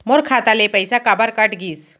मोर खाता ले पइसा काबर कट गिस?